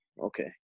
okay